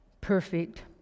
perfect